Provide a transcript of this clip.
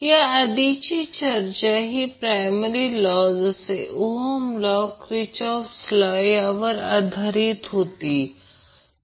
या आधीची चर्चा ही प्रायमरी लॉ जसे ओहम लॉ क्रिचॉफ्फ लॉ यावर आधारित होती